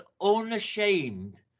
unashamed